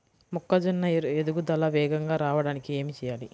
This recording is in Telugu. మొక్కజోన్న ఎదుగుదల వేగంగా రావడానికి ఏమి చెయ్యాలి?